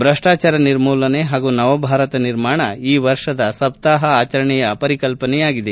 ಭ್ರಷ್ಟಾಚಾರ ನಿರ್ಮೂಲನೆ ಹಾಗೂ ನವಭಾರತ ನಿರ್ಮಾಣ ಈ ವರ್ಷದ ಸಪ್ತಾಪ ಆಚರಣೆಯ ಪರಿಕಲ್ಪನೆಯಾಗಿದೆ